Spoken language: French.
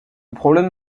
problème